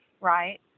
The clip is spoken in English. Right